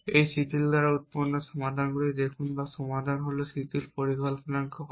এই শিথিল দ্বারা উৎপন্ন সমাধান দেখুন বা সমাধান হল শিথিল পরিকল্পনা কল